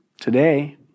today